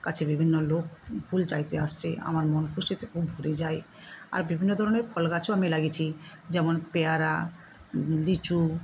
কাছে বিভিন্ন লোক ফুল চাইতে আসছে আমার মন খুশিতে খুব ভরে যায় আর বিভিন্ন ধরনের ফল গাছও আমি লাগিয়েছি যেমন পেয়ারা লিচু